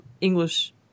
English